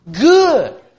good